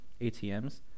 ATMs